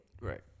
Right